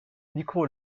niko